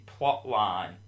plotline